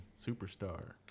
superstar